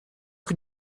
can